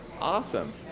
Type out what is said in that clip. Awesome